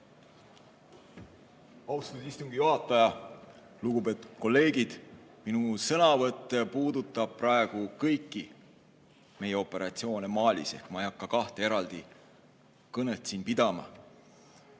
Austatud istungi juhataja! Lugupeetud kolleegid! Minu sõnavõtt puudutab praegu kõiki meie operatsioone Malis, ehk ma ei hakka kahte eraldi kõnet pidama.